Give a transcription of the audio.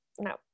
No